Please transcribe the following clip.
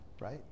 right